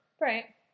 Right